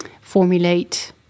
formulate